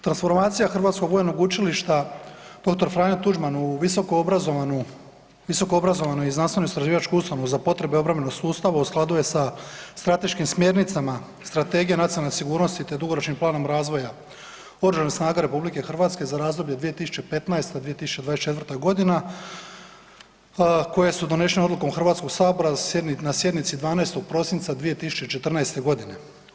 Transformacija Hrvatskog vojnog učilišta Dr. Franjo Tuđman u visokoobrazovanu i znanstveno istraživačku ustanovu za potrebe obrambenoga sustava u skladu je sa strateškim smjernicama Strategije nacionalne sigurnosti te dugoročnim planom razvoja oružanih snaga RH za razdoblje od 2015. do 2024. godina koje su donešene odlukom Hrvatskog sabora na sjednici 12. prosinca 2014. godine.